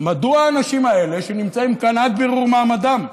מדוע האנשים האלה שנמצאים כאן עד בירור מעמדם,